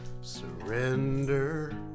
surrender